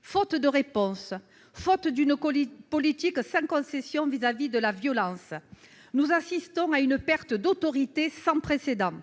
Faute de réponse, faute d'une politique sans concession vis-à-vis de la violence, nous assistons à une perte d'autorité sans précédent.